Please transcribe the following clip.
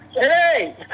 Hey